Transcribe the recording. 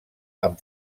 amb